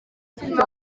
filime